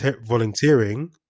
volunteering